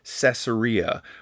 Caesarea